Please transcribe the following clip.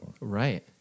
Right